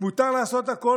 מותר לעשות הכול,